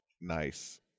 nice